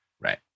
right